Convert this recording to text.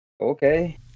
okay